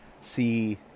see